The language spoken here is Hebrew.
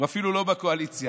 הוא אפילו לא בקואליציה,